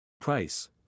Price